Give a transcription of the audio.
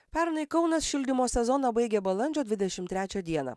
pernai kaunas šildymo sezoną baigė balandžio dvidešim trečią dieną